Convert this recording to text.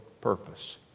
purpose